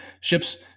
ships